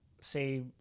say